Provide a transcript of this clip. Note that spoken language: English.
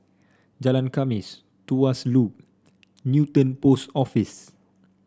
Jalan Khamis Tuas Loop Newton Post Office